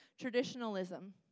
traditionalism